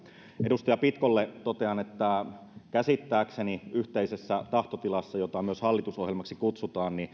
edustaja pitkolle totean että käsittääkseni yhteisessä tahtotilassa jota myös hallitusohjelmaksi kutsutaan